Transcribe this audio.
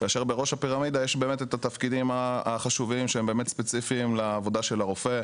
ובראש הפירמידה יש התפקידים החשובים שהם באמת ספציפיים לעבודה של הרופא.